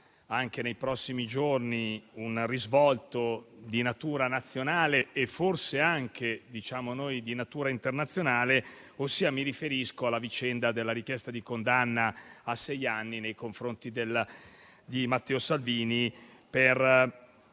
anche nei prossimi giorni, un risvolto di natura nazionale e forse anche - diciamo noi - di natura internazionale. Mi riferisco alla vicenda della richiesta di condanna a sei anni nei confronti di Matteo Salvini con